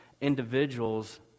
individuals